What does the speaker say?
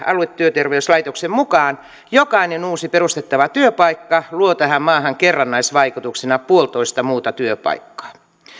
aluetyöterveyslaitoksen mukaan jokainen uusi perustettava työpaikka luo tähän maahan kerrannaisvaikutuksena yksi pilkku viisi muuta työpaikkaa